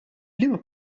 liema